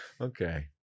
Okay